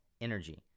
Energy